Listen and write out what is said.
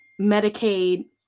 medicaid